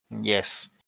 Yes